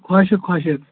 خۄشِک خۄشِک